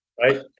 right